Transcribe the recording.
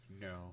No